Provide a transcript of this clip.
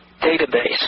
database